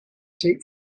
take